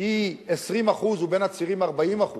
היא 20%, ובין הצעירים היא 40%